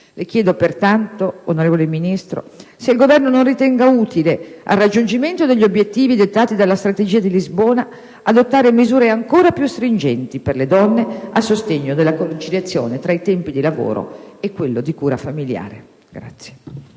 Le chiedo pertanto, onorevole Ministro, se il Governo non ritenga utile al raggiungimento degli obiettivi dettati dalla strategia di Lisbona adottare misure ancora più stringenti per le donne, a sostegno della conciliazione tra i tempi di lavoro e quelli di cura familiare.